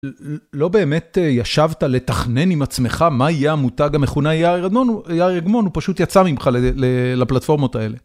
לא באמת ישבת לתכנן עם עצמך מה יהיה המותג המכונה יאיר אגמון, יאר אגמון הוא פשוט יצא ממך לפלטפורמות האלה.